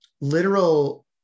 literal